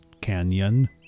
canyon